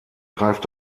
greift